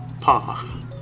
Pa